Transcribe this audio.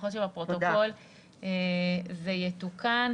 לפחות שבפרוטוקול זה יתוקן.